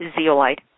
zeolite